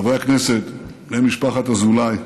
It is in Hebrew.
חברי הכנסת, בני משפחת אזולאי,